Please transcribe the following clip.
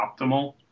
optimal